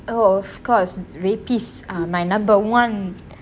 oh of course rapists my number one